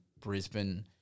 Brisbane